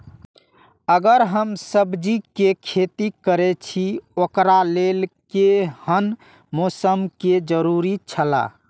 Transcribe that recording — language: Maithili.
अगर हम सब्जीके खेती करे छि ओकरा लेल के हन मौसम के जरुरी छला?